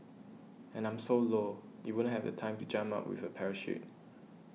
and I'm so low you wouldn't have the time to jump out with a parachute